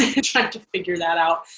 ah trying to figure that out.